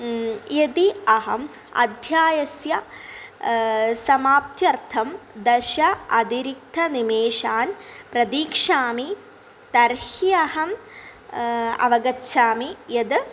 यदि अहम् अध्यायस्य समाप्त्यर्थं दश अतिरित्य निमेषान् प्रतीक्षामि तर्हि अहम् अवगच्छामि यत्